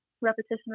repetition